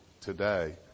today